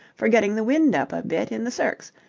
for getting the wind up a bit in the circs.